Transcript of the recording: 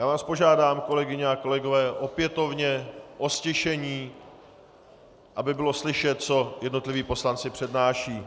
Já vás požádám, kolegyně a kolegové, opětovně o ztišení, aby bylo slyšet, co jednotliví poslanci přednášejí.